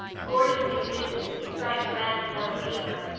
gorgeously bedizened with striped red and yellow paper,